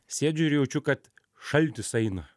sėdžiu ir jaučiu kad šaltis eina